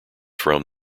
from